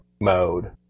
mode